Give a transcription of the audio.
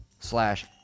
Slash